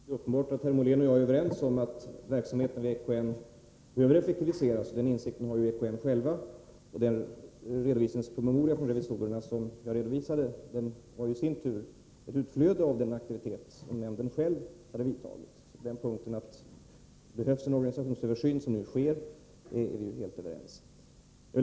Herr talman! Det är uppenbart att herr Molén och jag är överens om att verksamheten vid EKN behöver effektiviseras. Den insikten har man även inom EKN, och den redovisningspromemoria från revisorerna som jag redogjort för var i sin tur ett utflöde av den aktivitet som nämnden själv har utövat. Att den organisationsöversyn som nu sker behövs är vi helt överens om.